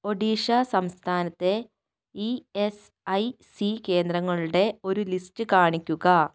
ഒഡീഷ സംസ്ഥാനത്തെ E S I C കേന്ദ്രങ്ങളുടെ ഒരു ലിസ്റ്റ് കാണിക്കുക